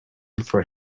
for